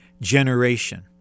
generation